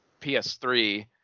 PS3